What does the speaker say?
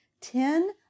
Ten